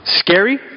scary